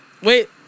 wait